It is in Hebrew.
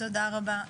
תודה רבה.